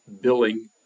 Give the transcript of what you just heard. billing